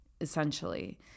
essentially